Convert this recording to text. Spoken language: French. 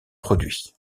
produits